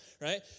right